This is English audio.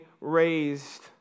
raised